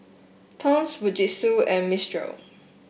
Toms Fujitsu and Mistral